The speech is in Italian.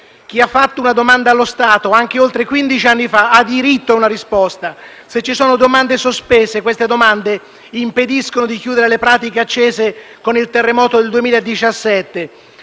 Chi ha fatto una domanda allo Stato, anche oltre quindici anni fa, ha diritto a una risposta. Se ci sono domande sospese, queste impediscono di chiudere le pratiche aperte con il terremoto del 2017.